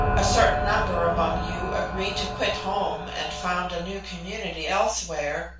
a certain number among you agree to quit home and found a new community elsewhere,